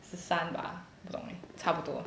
十三吧不懂 leh 差不多